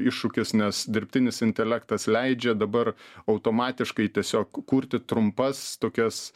iššūkis nes dirbtinis intelektas leidžia dabar automatiškai tiesiog kurti trumpas tokias